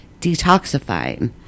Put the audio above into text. detoxifying